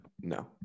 No